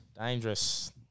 Dangerous